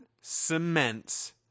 cements